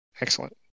Excellent